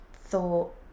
thought